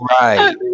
Right